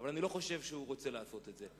אבל אני לא חושב שהוא רוצה לעשות את זה.